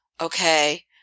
okay